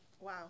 Wow